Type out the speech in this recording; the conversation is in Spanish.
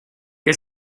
que